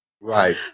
Right